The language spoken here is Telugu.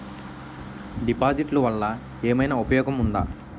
డిపాజిట్లు వల్ల ఏమైనా ఉపయోగం ఉందా?